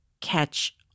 catch